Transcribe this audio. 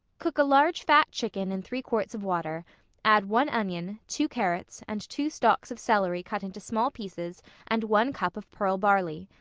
cook a large fat chicken in three quarts of water add one onion, two carrots and two stalks of celery cut into small pieces and one cup of pearl barley.